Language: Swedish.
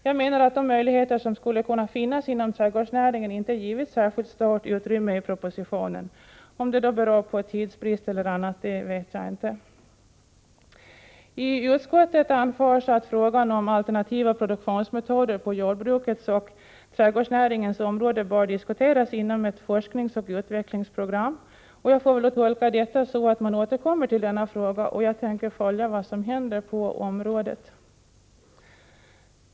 Jag menar att de möjligheter som skulle kunna finnas inom trädgårdsnäringen inte har givits särskilt stort utrymme i propositionen — om det beror på tidsbrist eller annat vet jag inte. I utskottet anförs att frågan om alternativa produktionsmetoder på jordbrukets och trädgårdsnäringens område bör diskuteras inom ett forskningsoch utvecklingsprogram, och jag får väl tolka detta så att man återkommer till denna fråga. Jag tänker följa vad som händer på detta område.